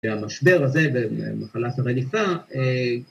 ‫במשבר הזה במחלת הרניפה.